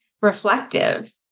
reflective